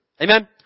Amen